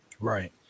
Right